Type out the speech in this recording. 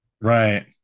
Right